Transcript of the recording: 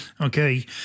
okay